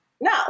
No